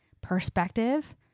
perspective